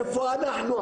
איפה אנחנו,